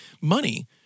money